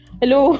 hello